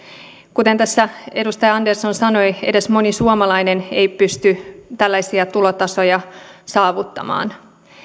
kuten tässä edustaja andersson sanoi edes moni suomalainen ei pysty tällaisia tulotasoja saavuttamaan